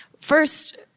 first